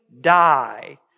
die